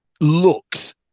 looks